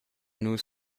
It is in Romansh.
nus